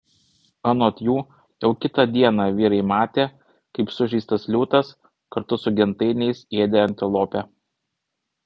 anot jų jau kitą dieną vyrai matė kaip sužeistas liūtas kartu su gentainiais ėdė antilopę